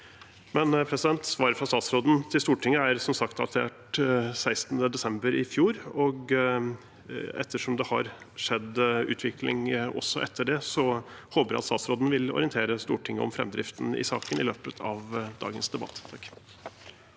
mindretallet. Svaret fra statsråden til Stortinget er som sagt datert 16. desember i fjor, og ettersom det har skjedd utvikling også etter det, håper jeg at statsråden vil orientere Stortinget om framdriften i saken i løpet av dagens debatt. Haakon